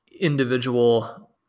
individual